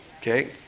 Okay